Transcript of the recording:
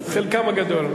חלקם הגדול.